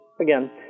again